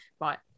right